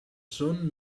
són